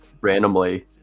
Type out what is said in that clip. randomly